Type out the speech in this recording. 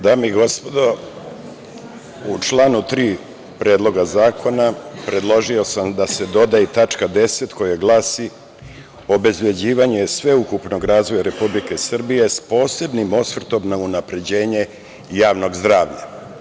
Dame i gospodo, u članu 3. Predloga zakona predložio sam da se doda i tačka 10. koja glasi – Obezbeđivanje sveukupnog razvoja Republike Srbije s posebnim osvrtom na unapređenje javnog zdravlja.